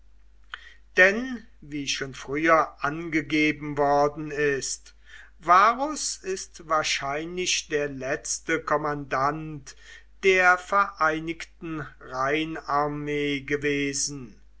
denn wie schon früher angegeben worden ist varus ist wahrscheinlich der letzte kommandant der vereinigten rheinarmee gewesen